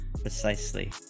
precisely